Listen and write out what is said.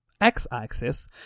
x-axis